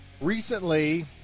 recently